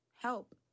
help